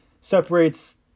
separates